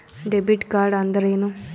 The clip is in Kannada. ಡೆಬಿಟ್ ಕಾರ್ಡ್ಅಂದರೇನು?